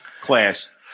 class